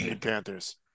panthers